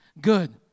good